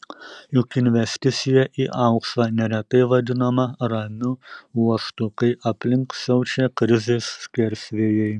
juk investicija į auksą neretai vadinama ramiu uostu kai aplink siaučia krizės skersvėjai